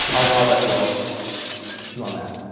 i'll let you all chew on that.